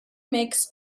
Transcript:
makes